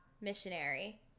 missionary